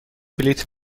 بلیط